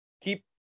keep